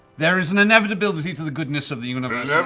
there is an inevitability to the goodness of the universe